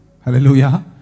Hallelujah